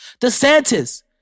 DeSantis